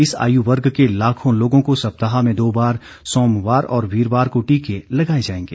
इस आर्यू वर्ग के लाखों लोगों को सप्ताह में दो बार सोमवार और वीरवार को टीके लगाए जायेंगे